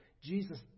Jesus